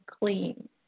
clean